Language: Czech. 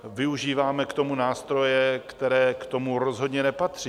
Využíváme k tomu nástroje, které k tomu rozhodně nepatří.